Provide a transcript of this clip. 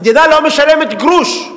המדינה לא משלמת גרוש,